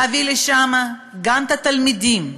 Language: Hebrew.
להביא לשם גם את התלמידים,